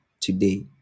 today